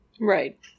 right